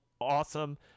awesome